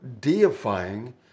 deifying